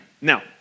Now